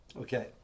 Okay